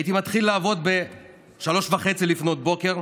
הייתי מתחיל לעבוד ב-03:30, לפנות בוקר,